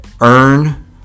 earn